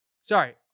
Sorry